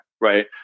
right